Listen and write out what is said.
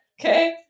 Okay